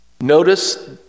Notice